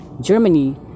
Germany